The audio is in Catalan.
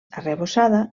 arrebossada